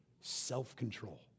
self-control